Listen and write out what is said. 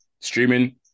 streaming